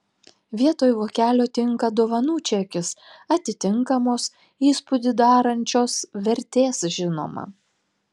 vietoj vokelio tinka dovanų čekis atitinkamos įspūdį darančios vertės žinoma